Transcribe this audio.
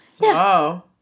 Wow